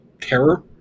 terror